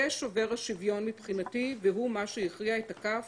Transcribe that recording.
זה שובר השוויון מבחינתי וזה מה שהכריע את הכף